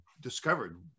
discovered